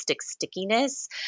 stickiness